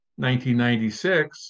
1996